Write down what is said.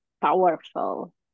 powerful